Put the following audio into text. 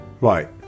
Right